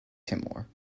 timor